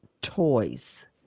toys